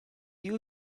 you